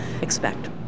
expect